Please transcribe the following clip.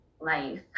life